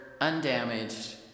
undamaged